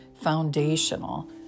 foundational